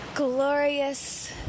Glorious